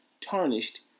tarnished